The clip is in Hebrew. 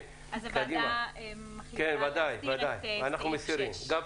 הוועדה מחליטה להסיר את סעיף 6. בוודאי.